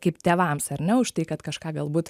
kaip tėvams ar ne už tai kad kažką galbūt